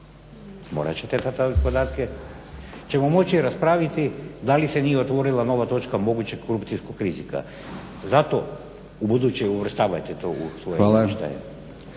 Hvala.